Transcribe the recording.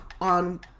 on